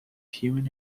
human